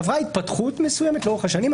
היא עברה התפתחות מסוימת לאורך השנים,